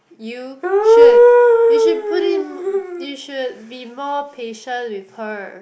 you should you should put in you should be more patient with her